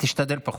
תשתדל פחות.